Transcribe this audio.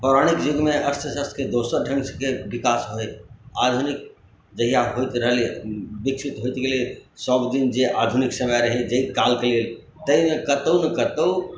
पौराणिक जुग मे अस्त्र शस्त्र के दोसर ढंग से विकास होइ आधुनिक जहिया होइत रहले विकसित होइत गेलै सब दिन जे आधुनिक समय रहै जे काल के लेल ताहि मे कतौ ने कतौ